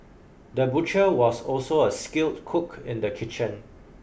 the butcher was also a skilled cook in the kitchen